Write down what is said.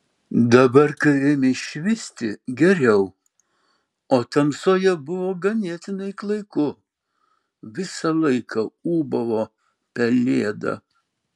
dabar kai ėmė švisti geriau o tamsoje buvo ganėtinai klaiku visą laiką ūbavo pelėda